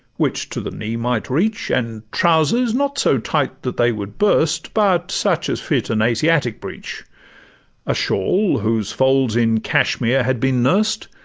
which to the knee might reach, and trousers not so tight that they would burst, but such as fit an asiatic breech a shawl, whose folds in cashmire had been nurst,